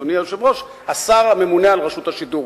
אדוני היושב-ראש: השר הממונה על רשות השידור.